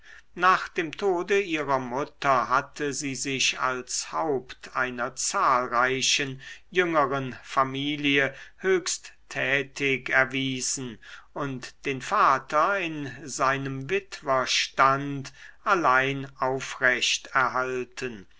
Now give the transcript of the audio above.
nach dem tode ihrer mutter hatte sie sich als haupt einer zahlreichen jüngeren familie höchst tätig erwiesen und den vater in seinem witwerstand allein aufrecht erhalten